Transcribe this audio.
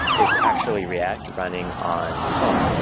it's actually react running on your phone.